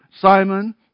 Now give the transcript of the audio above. Simon